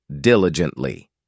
diligently